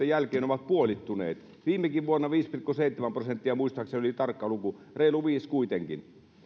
jälkeen ovat puolittuneet viime vuonnakin oli viisi pilkku seitsemän prosenttia muistaakseni se oli tarkka luku reilu viiden kuitenkin